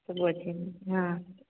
ସବୁ ଅଛି ହଁ